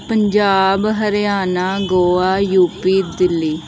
Punjab Haryana Goa U P Delhi